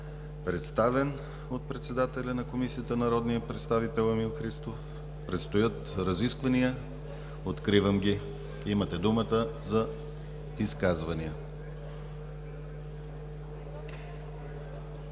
представен от председателя на Комисията – народния представител Емил Христов. Предстоят разисквания. Откривам ги. Имате думата за изказвания.